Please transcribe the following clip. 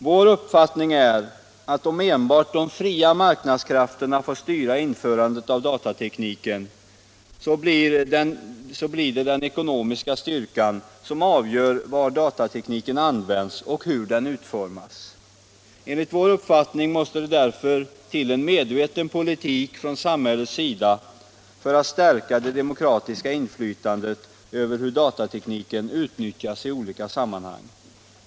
Vår uppfattning är att om enbart de fria marknadskrafterna får styra införandet av datatekniken, blir det den ekonomiska styrkan som avgör var datatekniken används och hur den utformas. Enligt vår mening niåste det därför till en medveten politik från samhället för att stärka det demokratiska inflytandet över hur datatekniken utnyttjas i olika sammanhang.